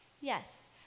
Yes